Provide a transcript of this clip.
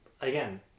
again